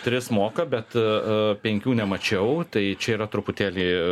tris moka bet penkių nemačiau tai čia yra truputėlį